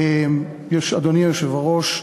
אדוני היושב-ראש,